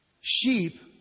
sheep